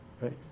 Right